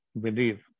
believe